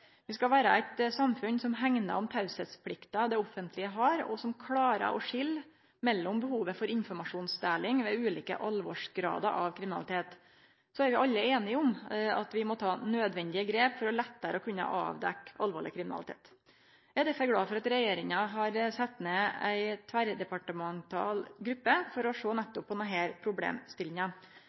Vi skal vere eit samfunn som hegnar om teieplikta det offentlege har, og som klarer å skilje i behovet for informasjonsdeling ved ulike alvorsgradar av kriminalitet. Så er vi alle einige om at vi må ta nødvendige grep for lettare å kunne avdekke alvorleg kriminalitet. Eg er derfor glad for at regjeringa har sett ned ei tverrdepartemental gruppe for å sjå nettopp på denne problemstillinga.